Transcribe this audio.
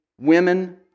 women